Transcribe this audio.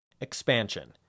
Expansion